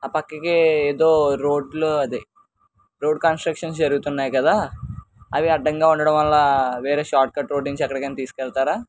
ఆ పక్కకి ఏదో రోడ్లో అదే రోడ్ కన్స్ట్రక్షన్స్ జరుగుతున్నాయి కదా అవి అడ్డంగా ఉండటం వల్ల వేరే షార్ట్కట్ రోడ్ నుంచి ఎక్కడికైనా తీసుకు వెళతారా